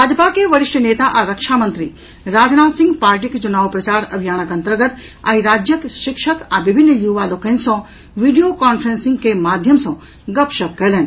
भाजपा के वरिष्ठ नेता आ रक्षामंत्री राजनाथ सिंह पार्टीक चुनाव प्रचार अभियानक अन्तर्गत आई राज्यक शिक्षक आ विभिन्न युवा लोकनि सँ वीडियो कांफ्रेंसिंग के माध्यम सँ गपशप कयलनि